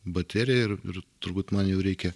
baterija ir ir turbūt man jau reikia